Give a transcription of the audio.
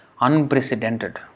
Unprecedented